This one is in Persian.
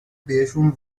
بهشون